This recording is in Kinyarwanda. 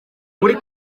muri